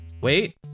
Wait